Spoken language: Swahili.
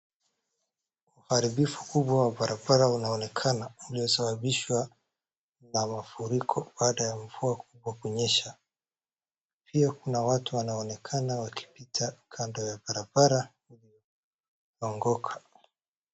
Uharibifu mkubwa wa barabara unaonekana uliosababishwa na mafuriko baada ya mvua kubwa kunyesha pia kuna atu wanaonekana wakipita kando ya barabara ongoka.